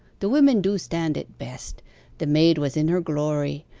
the women do stand it best the maid was in her glory.